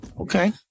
Okay